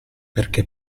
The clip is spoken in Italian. perché